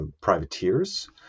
privateers